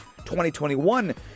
2021